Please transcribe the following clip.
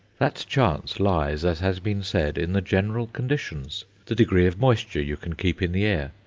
that chance lies, as has been said, in the general conditions the degree of moisture you can keep in the air,